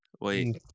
Wait